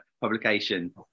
publication